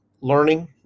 learning